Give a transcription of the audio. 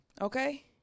Okay